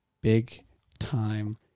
big-time